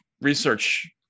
research